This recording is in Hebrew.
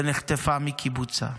ונחטפה מקיבוצה,